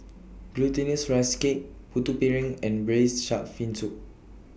Glutinous Rice Cake Putu Piring and Braised Shark Fin Soup